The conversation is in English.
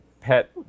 pet